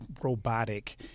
robotic